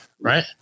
right